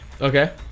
Okay